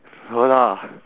no lah